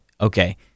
okay